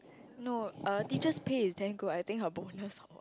no err teacher's pay is damn good I think her bonus or what